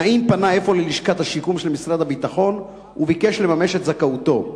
נעים פנה אפוא ללשכת השיקום של משרד הביטחון וביקש לממש את זכאותו,